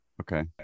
Okay